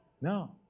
No